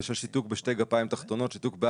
בסעיף 9טז בפסקה (2) אפשר לאפשר סיוע בתשלום שכר דירה